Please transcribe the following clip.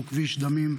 שהוא כביש דמים,